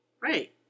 Right